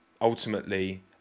ultimately